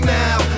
now